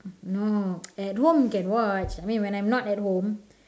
no at home can watch I mean when I'm not at home